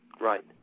Right